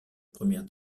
première